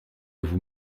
vous